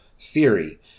theory